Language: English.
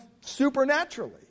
supernaturally